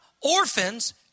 orphans